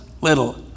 little